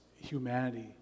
humanity